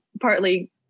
partly